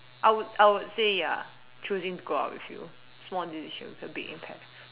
I would I would say ya choosing to go out with you small decision with a big impact